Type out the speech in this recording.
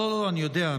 אני יודע.